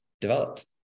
developed